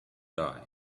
die